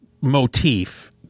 motif